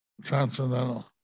Transcendental